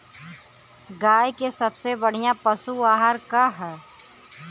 गाय के सबसे बढ़िया पशु आहार का ह?